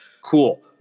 cool